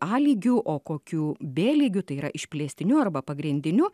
a lygiu o kokių b lygiu tai yra išplėstiniu arba pagrindiniu